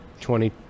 twenty